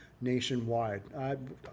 nationwide